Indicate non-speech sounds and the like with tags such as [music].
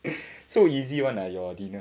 [laughs] so easy [one] ah your dinner